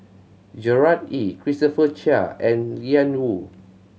Gerard Ee Christopher Chia and Ian Woo